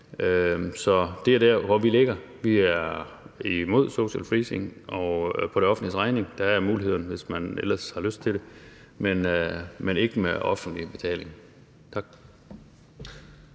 Så det er der, hvor vi ligger. Vi er imod social freezing på det offentliges regning. Der er muligheden, hvis man ellers har lyst til det, men ikke med offentlig betaling. Tak.